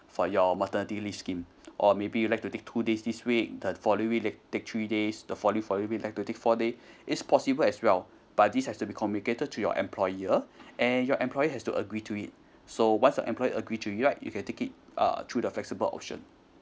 for your maternity leave scheme or maybe you like to take two days this week the following week take three days the following following week like to take four days it's possible as well but this has to be communicated to your employer and your employer has to agree to it so once your employer agree to you right you can take it uh through the flexible option